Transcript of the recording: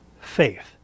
faith